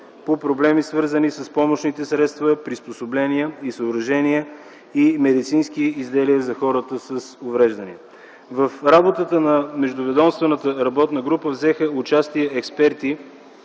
по проблемите, свързани с помощните средства, приспособления и съоръжения и медицински изделия за хората с увреждания. В работата на междуведомствената работна група взеха участие експерти